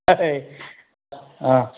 অঁ